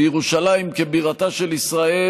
בירושלים כבירתה של ישראל